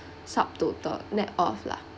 subtotal net off lah